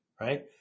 right